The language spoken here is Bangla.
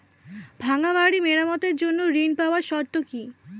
ভাঙ্গা বাড়ি মেরামতের জন্য ঋণ পাওয়ার শর্ত কি?